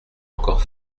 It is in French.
encore